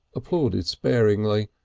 applauded sparingly,